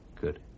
Good